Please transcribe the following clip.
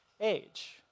age